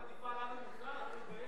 את מטיפה לנו מוסר, את לא מתביישת?